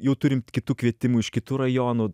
jau turim kitų kvietimų iš kitų rajonų